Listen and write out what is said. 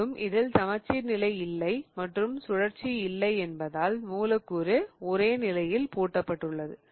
மேலும் இதில் சமச்சீர் நிலை இல்லை மற்றும் சுழற்சி இல்லை என்பதால் மூலக்கூறு ஒரே நிலையில் பூட்டப்பட்டுள்ளது